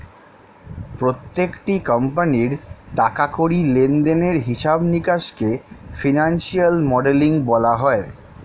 প্রত্যেকটি কোম্পানির টাকা কড়ি লেনদেনের হিসাব নিকাশকে ফিনান্সিয়াল মডেলিং বলা হয়